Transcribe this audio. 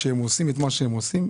כשהם עושים את מה שהם עושים,